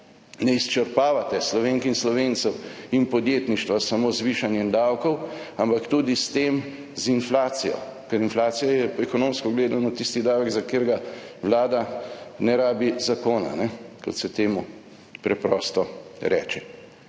ne izčrpavate Slovenk in Slovencev in podjetništva samo z višanjem davkov, ampak tudi s tem z inflacijo, ker inflacija je ekonomsko gledano tisti davek, za katerega Vlada ne rabi zakona, kot se temu preprosto reče.